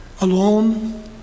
alone